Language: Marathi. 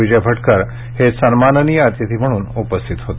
विजय भटकर हे सन्माननीय अतिथी म्हणून उपस्थित होते